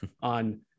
on